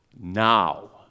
Now